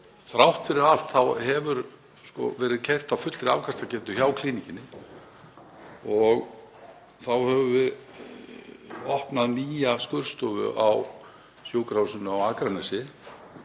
Þrátt fyrir allt hefur verið keyrt á fullri afkastagetu hjá Klíníkinni. Þá höfum við opnað nýja skurðstofu á sjúkrahúsinu á Akranesi,